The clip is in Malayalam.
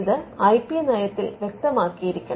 ഇത് ഐ പി നയത്തിൽ വ്യക്തമാക്കിയിരിക്കണം